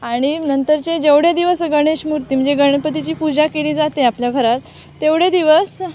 आणि नंतरचे जेवढे दिवस गणेश मूर्ती म्हणजे गणपतीची पूजा केली जाते आपल्या घरात तेवढे दिवस